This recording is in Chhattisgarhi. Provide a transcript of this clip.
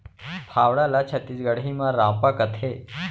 फावड़ा ल छत्तीसगढ़ी म रॉंपा कथें